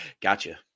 Gotcha